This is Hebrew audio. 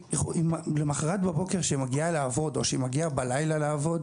היא למחרת בבוקר כשהיא מגיעה לעבוד או כשהיא מגיעה בלילה לעבוד